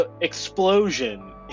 explosion